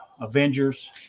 Avengers